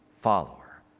follower